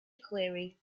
query